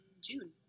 June